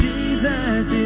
Jesus